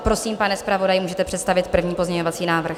Prosím, pane zpravodaji, můžete představit první pozměňovací návrh.